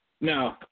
No